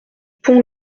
pont